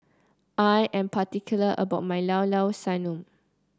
I am particular about my Llao Llao Sanum